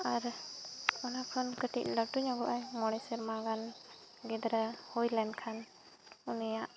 ᱟᱨ ᱚᱱᱟᱠᱷᱚᱱ ᱠᱟᱹᱴᱤᱡ ᱞᱟᱹᱴᱩᱧᱚᱜᱚᱜᱼᱟᱭ ᱢᱚᱬᱮ ᱥᱮᱨᱢᱟ ᱜᱟᱱ ᱜᱤᱫᱽᱨᱟᱹ ᱦᱩᱭ ᱞᱮᱱᱠᱷᱟᱱ ᱩᱱᱤᱭᱟᱜ